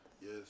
Yes